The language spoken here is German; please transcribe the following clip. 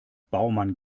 baumann